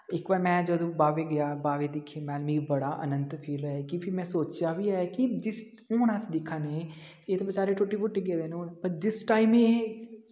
इक बारी मे जदूं बाह्वै गेआ बाह्वै दिक्खे मैह्ल मिगी बड़ा आनंद फील होएआ कि फ्ही में सोचेआ बी ऐ कि जिस हून अस दिक्खा ने एह् ते बेचारे टुट्टी फुट्टी गेदे न हून पर जिस टाइम एह्